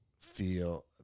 feel